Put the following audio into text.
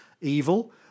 evil